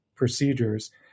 procedures